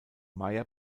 maya